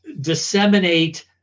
disseminate